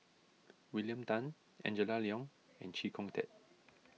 William Tan Angela Liong and Chee Kong Tet